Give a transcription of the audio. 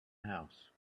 house